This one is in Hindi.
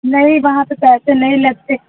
नहीं वहाँ पे पैसे नहीं लगते